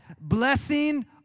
blessing